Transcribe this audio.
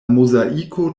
mozaiko